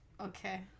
Okay